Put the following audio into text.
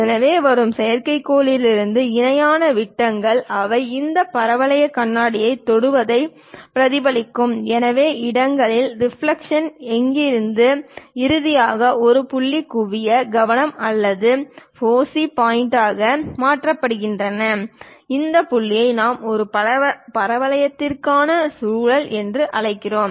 எனவே வரும் செயற்கைக்கோள்களிலிருந்து இணையான விட்டங்கள் அவை இந்த பரவளைய கண்ணாடியைத் தொடுவதைப் பிரதிபலிக்கும் வெவ்வேறு இடங்களில் ரிஃப்ளக்ஸ் அங்கிருந்து இறுதியாக ஒரு புள்ளி குவிய கவனம் அல்லது ஃபோசி பாயிண்டாக மாற்றப்படுகிறது இந்த புள்ளியை நாம் ஒரு பரவளையத்திற்கான சுழல் என்று அழைக்கிறோம்